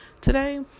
today